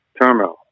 terminal